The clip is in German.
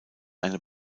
eine